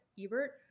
ebert